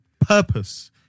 Purpose